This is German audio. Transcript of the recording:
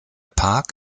park